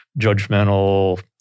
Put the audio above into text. judgmental